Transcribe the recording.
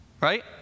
right